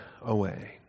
away